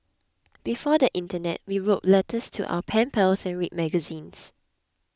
before the internet we wrote letters to our pen pals and read magazines